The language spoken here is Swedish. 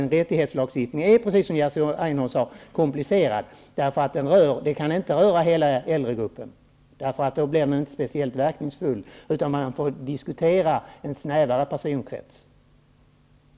En rättighetslagstiftning är, precis som Jerzy Einhorn sade, en komplicerad sak, eftersom inte hela äldregruppen kan komma i fråga. Då skulle lagstiftningen inte bli särskilt verkningsfull. I stället får man föra diskussioner om en snävare personkrets.